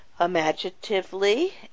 imaginatively